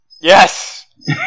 Yes